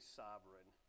sovereign